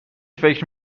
فکر